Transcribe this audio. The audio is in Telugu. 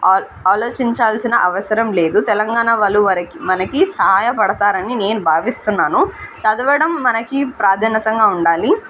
ఆలో ఆలోచించాల్సిన అవసరం లేదు తెలంగాణ వాళ్ళు వరకి మనకి సహాయపడుతారని నేను భావిస్తున్నాను చదవడం మనకి ప్రాధాన్యతగా ఉండాలి